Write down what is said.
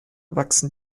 wachsen